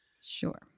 Sure